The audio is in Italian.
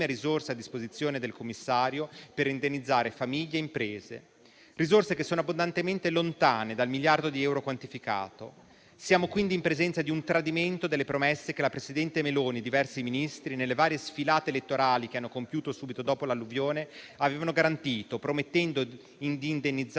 risorse a disposizione del commissario per indennizzare famiglie e imprese; risorse che sono abbondantemente lontane dal miliardo di euro quantificato. Siamo quindi in presenza di un tradimento delle promesse che la presidente Meloni e diversi Ministri, nelle varie sfilate elettorali che hanno compiuto subito dopo l'alluvione, avevano garantito, promettendo di indennizzare